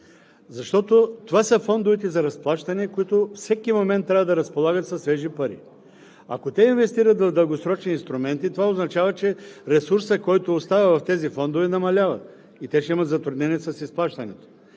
Защото това са фондовете за разплащане, които трябва да разполагат със свежи пари във всеки момент. Ако инвестират в дългосрочни инструменти, това значи, че ресурсът, който остава в тези фондове, намалява и те ще имат затруднения с изплащането.